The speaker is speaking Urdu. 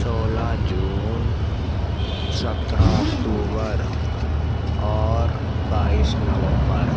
سولہ جون سترہ اکتوبر اور بائیس نومبر